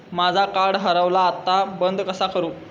माझा कार्ड हरवला आता बंद कसा करू?